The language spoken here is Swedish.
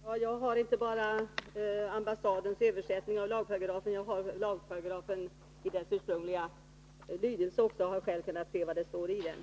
Herr talman! Jag har inte bara ambassadens översättning av lagparagrafen, utan jag har också lagparagrafen i dess ursprungliga lydelse och har själv kunnat se vad det står i den.